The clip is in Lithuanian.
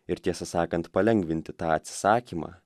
ir tiesą sakant palengvinti tą atsisakymą